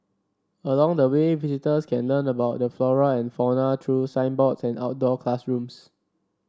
along the way visitors can learn about the flora and fauna through signboards and outdoor classrooms